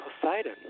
Poseidon